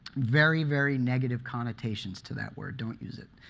very, very negative connotations to that word. don't use it.